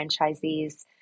franchisees